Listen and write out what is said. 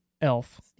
Elf